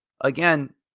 again